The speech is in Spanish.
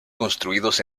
construidos